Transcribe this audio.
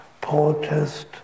protest